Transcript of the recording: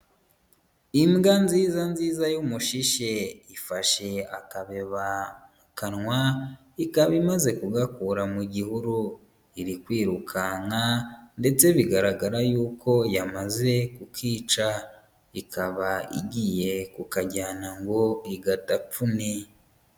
Imbwa nziza nziza y'umushishe, ifashe akabeba mu kanwa, ikaba imaze kugakura mu gihuru, iri kwirukanka ndetse bigaragara y'uko yamaze kukica, ikaba igiye kukajyana ngo igatapfune.